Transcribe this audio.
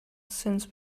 since